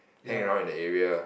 hang around in the area